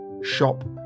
shop